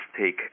take